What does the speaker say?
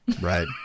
right